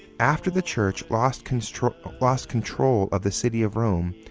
after the church lost control ah lost control of the city of rome,